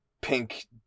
pink